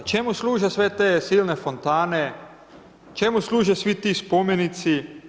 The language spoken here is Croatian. Čemu služe sve te silne fontane, čemu služe svi ti spomenici?